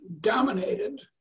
dominated